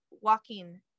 walking